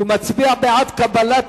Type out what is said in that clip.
הוא מצביע בעד קבלת